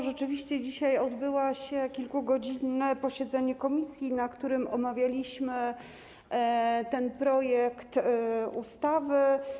Rzeczywiście dzisiaj odbyło się kilkugodzinne posiedzenie komisji, na którym omawialiśmy ten projekt ustawy.